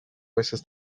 veces